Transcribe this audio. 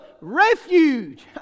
refuge